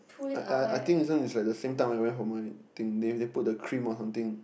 I I I think this one is at the same time we went thing they they put the cream or something